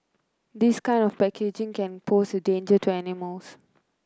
this kind of packaging can pose a danger to animals